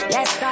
Yes